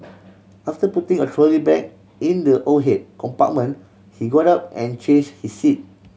after putting a trolley bag in the overhead compartment he got up and change his seat